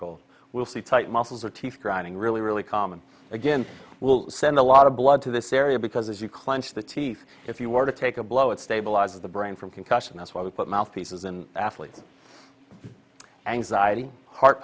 cold we'll see tight muscles or teeth grinding really really common again will send a lot of blood to this area because as you clench the teeth if you were to take a blow it stabilizes the brain from concussion that's why we put mouthpieces in athletes anxiety heart